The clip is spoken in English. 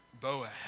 Boaz